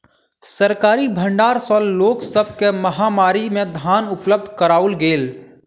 सरकारी भण्डार सॅ लोक सब के महामारी में धान उपलब्ध कराओल गेल